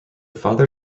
father